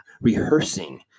rehearsing